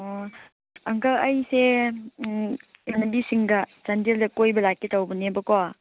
ꯑꯣ ꯑꯪꯀꯜ ꯑꯩꯁꯦ ꯎꯝ ꯏꯃꯥꯟꯅꯕꯤꯁꯤꯡꯒ ꯆꯥꯟꯗꯦꯜꯗ ꯀꯣꯏꯕ ꯂꯥꯛꯀꯦ ꯇꯧꯕꯅꯦꯕꯀꯣ